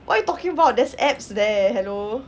what are you talking about there's abs there hello